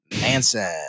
Manson